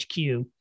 HQ